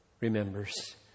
remembers